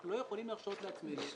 אנחנו לא יכולים להרשות לעצמנו,